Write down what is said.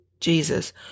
Jesus